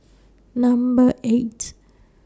Number eight